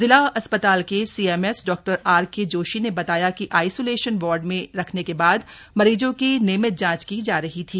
जिला अस्पताल के सीएमएस डॉ आरके जोशी ने बताया कि आइसोलेशन वार्ड में रखने के बाद मरीजों की नियमित जांच की जा रही थी